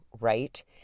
right